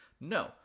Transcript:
No